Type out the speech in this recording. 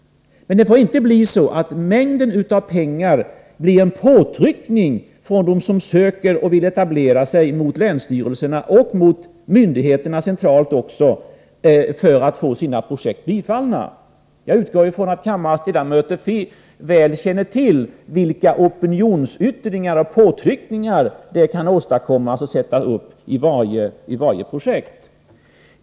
Men det får inte vara så att mängden av pengar innebär att det blir påtryckningar, från dem som kommer in med ansökningar och som vill etablera sig, mot länsstyrelserna och mot myndigheterna centralt för att projekten skall bifallas. Jag utgår från att kammarens ledamöter väl känner till vilka opinionsyttringar och påtryckningar som kan åstadkommas i fråga om varje projekt.